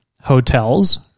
hotels